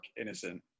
innocent